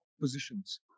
positions